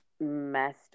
messed